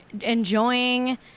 enjoying